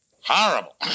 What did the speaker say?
Horrible